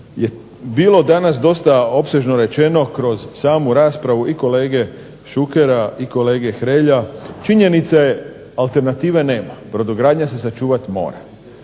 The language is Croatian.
je bilo danas dosta opsežno rečeno kroz samu raspravu i kolege Šukera i kolege Hrelja, činjenica je alternative nema, brodogradnja se sačuvati mora,